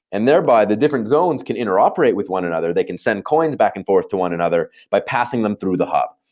and thereby the different zones can interoperate with one another. they can send coins back and forth to one another by passing them through the hub.